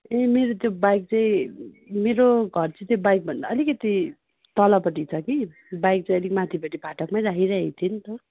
ए मेरो त्यो बाइक चाहिँ मेरो घर चाहिँ त्यो बाइक भन्दा अलिकति तलपट्टि छ कि बाइक चाहिँ अलिक माथिपट्टि फाटकमै राखिराखेको थियो नि त